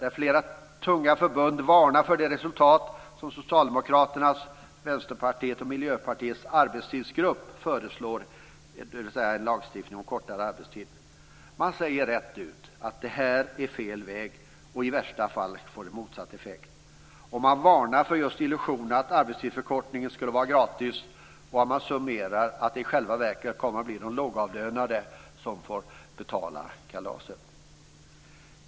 Flera tunga förbund varnar för det som Socialdemokraternas, Vänsterpartiets och Miljöpartiets arbetstidsgrupp föreslår, dvs. en lagstiftning om en kortare arbetstid. Man säger rätt ut att det här är fel väg och att det i värsta fall kan få motsatt effekt. Och man varnar för just illusionen att arbetstidsförkortningen skulle vara gratis, och man summerar att det i själva verket kommer att bli de lågavlönade som får betala kalaset.